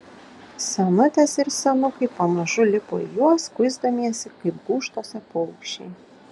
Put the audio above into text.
senutės ir senukai pamažu lipo į juos kuisdamiesi kaip gūžtose paukščiai